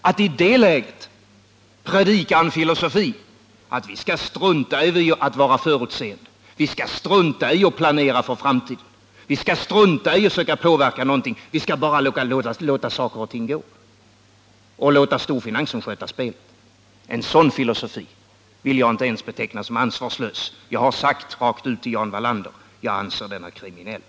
Att i det läget predika att vi skall strunta i att vara förutseende, att vi skall strunta i att planera för framtiden, att vi skall strunta i att försöka påverka någonting utan bara låta saker och ting gå och låta storfinansen sköta spelet, en sådan filosofi vill jag inte ens beteckna som ansvarslös. Jag har sagt rakt ut till Jan Wallander: Jag anser att den är kriminell.